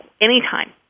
anytime